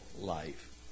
life